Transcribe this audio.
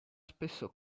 spesso